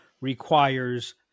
requires